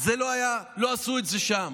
לא עשו את זה שם.